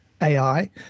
AI